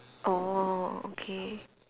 oh okay